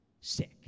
sick